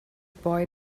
boy